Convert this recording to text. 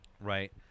right